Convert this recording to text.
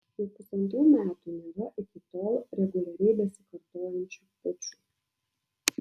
jau pusantrų metų nėra iki tol reguliariai besikartojančių pučų